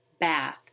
Bath